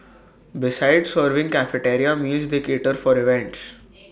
besides serving cafeteria meals they cater for the events